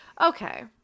Okay